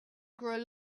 grow